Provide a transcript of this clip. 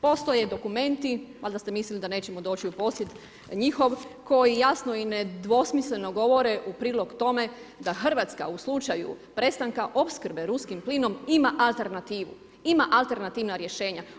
Postoje dokumenti, valjda ste mislili da nećemo doći u posjet njihov, koji jasno i nedvosmisleno govore u prilog tome da Hrvatska u slučaju prestanka opskrbe Ruskim plinom ima alternativu, ima alternativna rješenja.